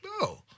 No